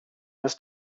this